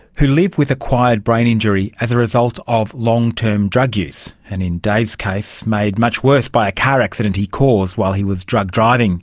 who live with acquired brain injury as a result of long-term drug use, and in dave's case, made much worse by a car accident he caused while he was drug driving